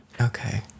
okay